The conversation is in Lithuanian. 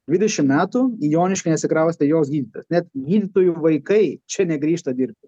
dvidešim metų į joniškį nesikraustė joks gydytojas net gydytojų vaikai čia negrįžta dirbti